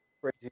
crazy